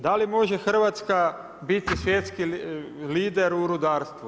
Da li može Hrvatska biti svjetski lider u rudarstvu?